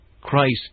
Christ